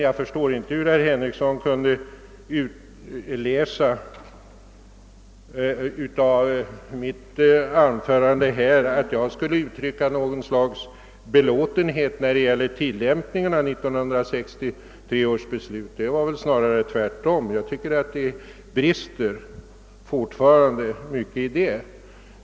Jag förstår inte hur herr Henrikson av mitt anförande här kunde utläsa, att jag skulle uttrycka något slags belåtenhet när det gäller tillämpningen av 1963 års beslut. Det var väl snarare tvärtom. Jag tycker att det fortfarande brister mycket därvidlag.